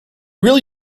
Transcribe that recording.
really